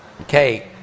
Okay